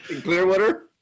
Clearwater